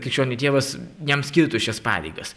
krikščionių dievas jam skirtų šias pareigas